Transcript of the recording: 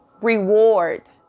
reward